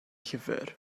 llyfr